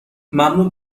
ممنون